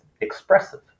expressive